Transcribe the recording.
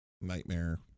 nightmare